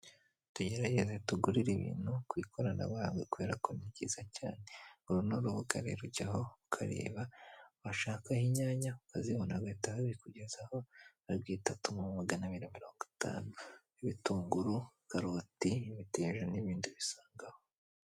Tugerageze tugurire ibintu ku ikoranabuhanga kubera ko ni byiza cyane, uru ni urubuga rero ujyaho ukareba washakaho inyanya ukazibona bagahita bazikugezaho, barwita tuma magana abiri na mirongo itanu, ibitunguru, karoti, imiteja n'ibindi ubisangaho.